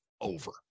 over